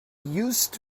used